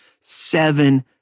seven